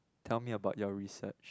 tell me about your research